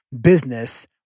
business